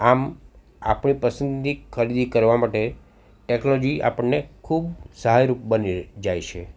આમ આપણી પસંદીક ખરીદી કરવા માટે ટેક્નોલોજી આપણને ખૂબ સહાયરૂપ બની જાય છે